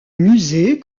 musée